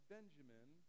Benjamin